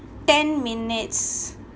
ten minutes